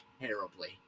terribly